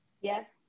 Yes